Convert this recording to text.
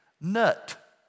Nut